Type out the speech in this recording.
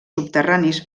subterranis